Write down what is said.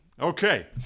Okay